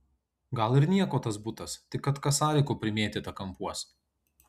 gal ir nieko tas butas tik kad kasarikų primėtyta kampuos